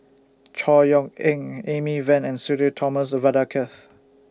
Chor Yeok Eng Amy Van and Sudhir Thomas Vadaketh